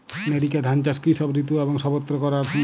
NERICA ধান চাষ কি সব ঋতু এবং সবত্র করা সম্ভব?